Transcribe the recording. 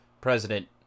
president